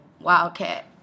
wildcat